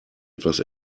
etwas